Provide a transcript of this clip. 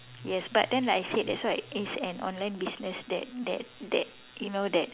yes but then I said that's why it's an online business that that that you know that